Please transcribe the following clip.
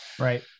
Right